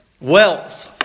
Wealth